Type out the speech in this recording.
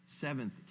Seventh